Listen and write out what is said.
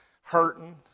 hurting